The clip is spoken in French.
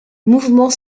mouvement